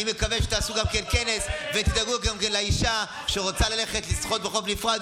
אני מקווה שתעשו גם כנס ותדאגו גם לאישה שרוצה ללכת לשחות בחוף נפרד,